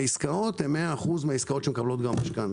העסקאות הן 100% מן העסקאות שמקבלות גם משכנתה.